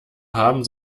haben